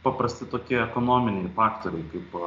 paprasti tokie ekonominiai faktoriai kaip